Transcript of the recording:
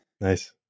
nice